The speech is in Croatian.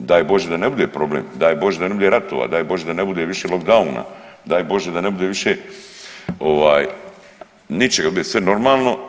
Daj Bože da ne bude problem, daj Bože da ne bude ratova, daj Bože da ne bude više lockdowna, daj Bože da ne bude više ničega, da bude sve normalno.